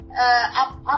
up